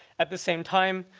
at the same time,